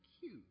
cute